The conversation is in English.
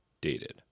dated